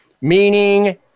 meaning